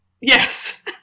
Yes